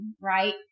right